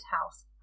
house